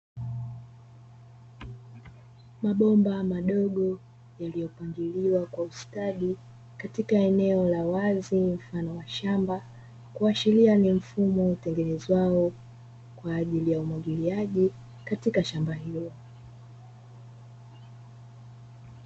Mabomba madogo yaliyopangiliwa kwa ustadi katika eneo la wazi mfano wa shamba, kuashiria kuwa ni mfumo utengenezwao kwa ajili ya umwagiliaji katika shamba hilo.